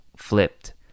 flipped